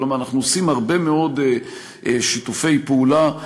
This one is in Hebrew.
כלומר, אנחנו עושים הרבה מאוד שיתופי פעולה,